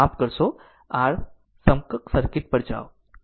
આમ r માફ કરો સમકક્ષ સર્કિટ પર જાઓ